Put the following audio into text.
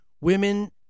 women